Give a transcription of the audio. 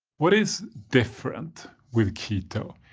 what is different with keto?